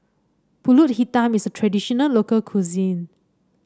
pulut hitam is a traditional local cuisine